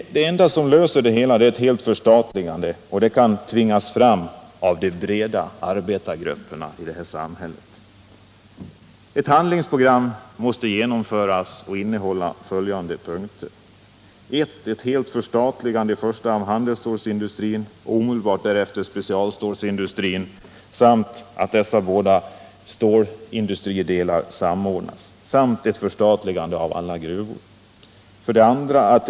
Därför är ett helt förstatligande enda lösningen, och den måste tvingas fram av de breda arbetargrupperna. Det handlingsprogram som nu måste genomföras bör innehålla följande punkter: 1. Ett helt förstatligande av i första hand handelsstålsindustrin och omedelbart därefter specialstålsindustrin, en samordning av dessa båda stålgrenar samt ett helt förstatligande av alla gruvor. 2.